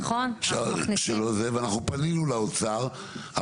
ואנחנו פנינו לאוצר,